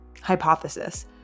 Hypothesis